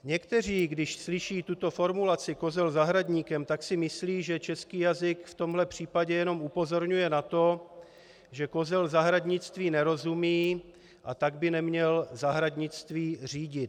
Někteří, když slyší tuto formulaci kozel zahradníkem, tak si myslí, že český jazyk v tomhle případě jenom upozorňuje na to, že kozel zahradnictví nerozumí, a tak by neměl zahradnictví řídit.